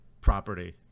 property